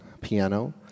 piano